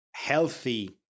healthy